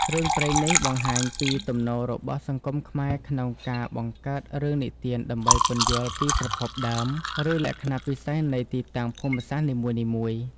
រឿងព្រេងនេះបង្ហាញពីទំនោររបស់សង្គមខ្មែរក្នុងការបង្កើតរឿងនិទានដើម្បីពន្យល់ពីប្រភពដើម ឬលក្ខណៈពិសេសនៃទីតាំងភូមិសាស្ត្រនីមួយៗ។